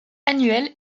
annuel